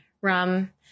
Rum